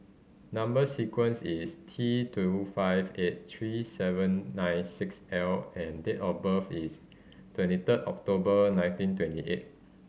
number sequence is T two five eight three seven nine six L and date of birth is twenty third October nineteen twenty eight